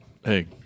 Hey